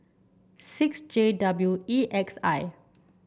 six J W E X I